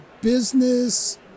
business